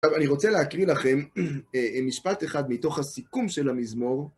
עכשיו, אני רוצה להקריא לכם (אהם) משפט אחד מתוך הסיכום של המזמור.